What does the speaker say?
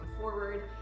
forward